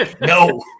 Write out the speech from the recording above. No